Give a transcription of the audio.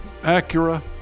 Acura